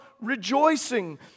rejoicing